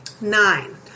nine